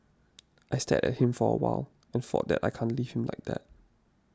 I stared at him for a while and thought that I can't leave him like that